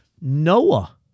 Noah